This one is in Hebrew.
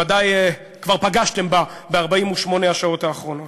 ודאי כבר פגשתם בה ב-48 השעות האחרונות.